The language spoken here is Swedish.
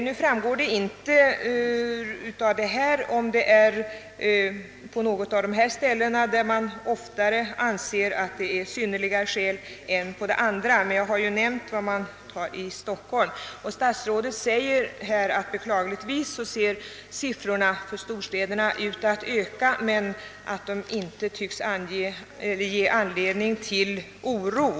Det framgår inte av svaret om man i någon av de nämnda orterna oftare än i andra, menar att synnerliga skäl föreligger, men jag har påpekat hur man gör i Stockholm. Statsrådet framhåller att siffrorna för storstäderna beklagligtvis ser ut att öka men att de inte tycks ge anledning till oro.